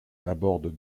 aborde